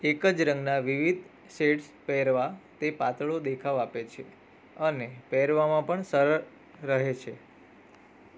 એક જ રંગના વિવિધ શેડ્સ પહેરવા તે પાતળો દેખાવ આપે છે અને પહેરવામાં પણ સરળ રહે છે